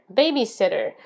babysitter